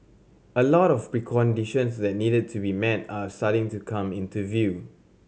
a lot of preconditions that needed to be met are starting to come into view